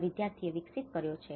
ના વિદ્યાર્થીએ વિકસિત કર્યો છે